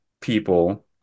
people